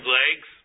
legs